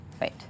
Wait